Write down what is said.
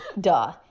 duh